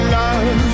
love